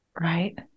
Right